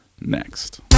next